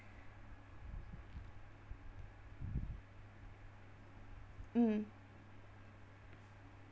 mm